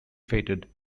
fated